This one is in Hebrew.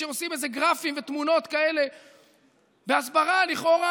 כשהם עושים איזה גרפים ותמונות כאלה והסברה לכאורה